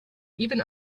even